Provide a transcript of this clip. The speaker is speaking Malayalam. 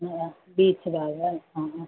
ആ ബീച്ച് താഴെ ആ ആ